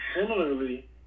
similarly